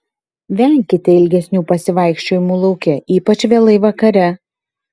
venkite ilgesnių pasivaikščiojimų lauke ypač vėlai vakare